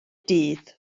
dydd